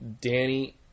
Danny